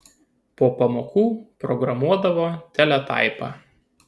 po pamokų programuodavo teletaipą